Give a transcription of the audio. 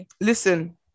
listen